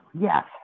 yes